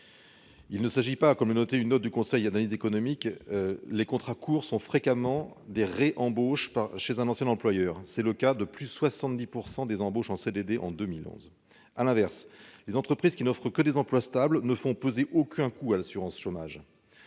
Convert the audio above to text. cela est indiqué dans une note du Conseil d'analyse économique, les contrats courts sont fréquemment des réembauches par un ancien employeur. Ce fut le cas de plus de 70 % des réembauches en CDD en 2011. Les entreprises qui n'offrent que des emplois stables ne font supporter aucun coût à l'assurance chômage.